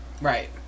Right